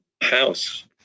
house